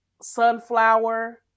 sunflower